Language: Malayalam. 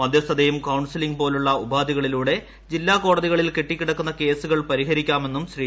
മധ്യസ്സ്മൃതയും കൌൺസിലിംഗും പോലുള്ള ഉപാധികളിലൂടെ ജില്ലാ ക്ട്രോട്തികളിൽ കെട്ടിക്കിടക്കുന്ന കേസുകൾ പരിഹരിക്കാമെന്നും പൂശ്ീ